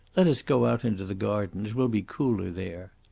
let us go out into the garden it will be cooler there.